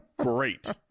great